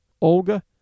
Olga